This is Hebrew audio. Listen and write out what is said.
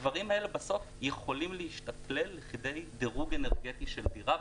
הדברים האלה בסוף יכולים להשתכלל לכדי דירוג אנרגטי של הדירה,